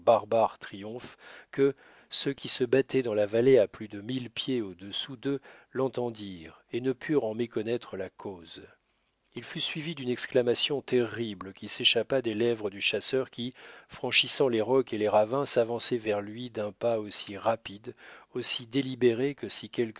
que ceux qui se battaient dans la vallée à plus de mille pieds au-dessous d'eux l'entendirent et ne purent en méconnaître la cause il fut suivi d'une exclamation terrible qui s'échappa des lèvres du chasseur qui franchissant les rocs et les ravins s'avançait vers lui d'un pas aussi rapide aussi délibéré que si